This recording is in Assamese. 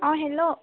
অ হেল্ল'